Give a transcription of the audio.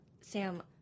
Sam